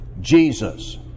Jesus